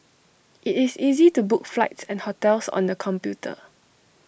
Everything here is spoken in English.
IT is easy to book flights and hotels on the computer